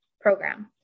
program